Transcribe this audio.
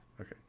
Okay